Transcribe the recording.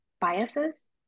biases